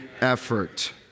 effort